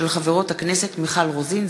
של חברות הכנסת מיכל רוזין,